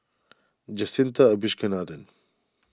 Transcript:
Jacintha Abisheganaden